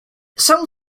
cell